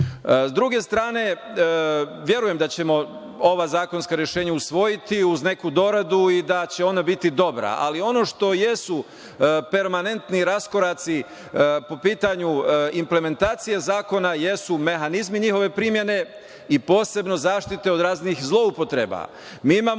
druge strane, verujem da ćemo ova zakonska rešenja usvojiti uz neku doradu i da će ona biti dobra, ali ono što jesu permanentni raskoraci po pitanju implementacije zakona, jesu mehanizmi njihove primene i posebno zaštite od raznih zloupotreba.